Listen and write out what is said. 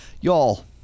Y'all